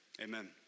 Amen